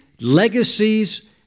legacies